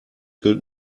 gilt